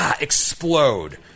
explode